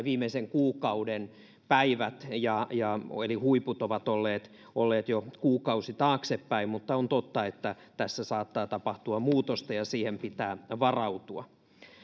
viimeisen kuukauden päivät eli huiput ovat olleet olleet jo kuukausi taaksepäin mutta on totta että tässä saattaa tapahtua muutosta ja siihen pitää varautua